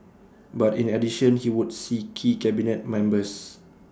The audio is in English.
but in addition he would see key cabinet members